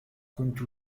كنت